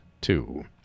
two